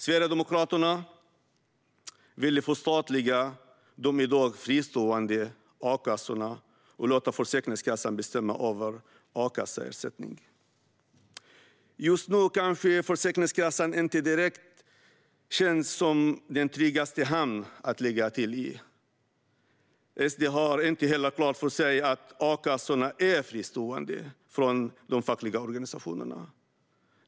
Sverigedemokraterna vill förstatliga de i dag fristående a-kassorna och låta Försäkringskassan bestämma över a-kasseersättningen. Just nu kanske Försäkringskassan inte direkt känns som den tryggaste hamnen att lägga till i. SD har inte heller klart för sig att a-kassorna är fristående från de fackliga organisationerna.